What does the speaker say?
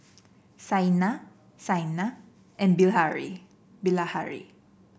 Saina Saina and Bilahari